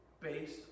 based